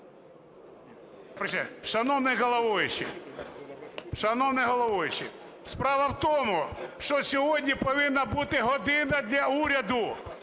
Шановний головуючий, справа в тому, що сьогодні повинна бути година для уряду,